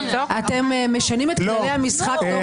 אתם משנים את כללי המשחק תוך כדי כל הזמן.